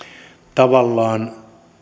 tavallaan